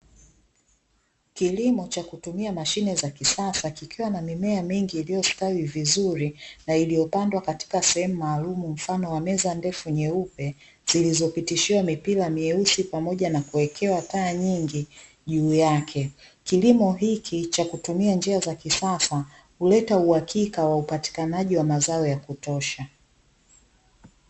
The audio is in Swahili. Kilimo cha kutumia mashine za kisasa kikiwa na mimea mingi iliyostawi vizuri na iliyo pandwa kakika sehemu maalumu mfano wa meza ndefu nyeupe zilizopitishiwa mipira mweusi pamoja na kuwekewa taa nyingi juu yake. Kilimo hiki chakutumia njia za kisasa huleta uhakika waupatikanaji wa mazao yakutosha.